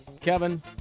Kevin